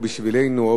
או בשבילנו או,